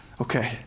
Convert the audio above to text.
Okay